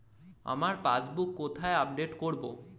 আমার পাসবুক কোথায় আপডেট করব?